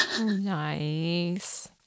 Nice